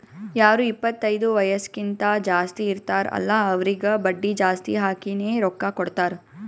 ಯಾರು ಇಪ್ಪತೈದು ವಯಸ್ಸ್ಕಿಂತಾ ಜಾಸ್ತಿ ಇರ್ತಾರ್ ಅಲ್ಲಾ ಅವ್ರಿಗ ಬಡ್ಡಿ ಜಾಸ್ತಿ ಹಾಕಿನೇ ರೊಕ್ಕಾ ಕೊಡ್ತಾರ್